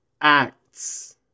acts